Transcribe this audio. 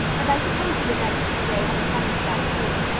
and i suppose the events of today have a funny side too.